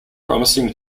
promising